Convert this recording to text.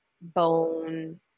bone